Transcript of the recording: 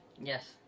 Yes